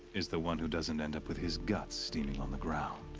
is the one who doesn't end up with his guts steaming on the ground.